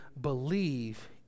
believe